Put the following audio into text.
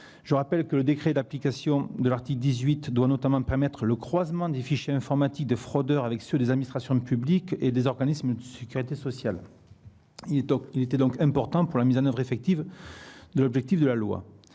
Je rappelle que l'application de l'article 18 doit notamment permettre le croisement des fichiers informatiques de fraudeurs avec ceux des administrations publiques et des organismes de sécurité sociale. Elle est donc importante au regard de la mise en oeuvre effective de la loi.